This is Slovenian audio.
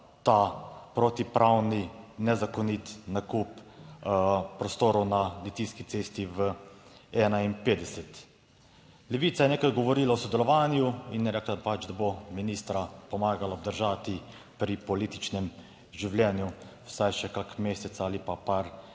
ta protipravni nezakonit nakup prostorov na Litijski cesti 51. Levica je nekaj govorila o sodelovanju in je rekla, pač, da bo ministra pomagala obdržati pri političnem življenju vsaj še kak mesec ali pa par